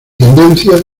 tendencia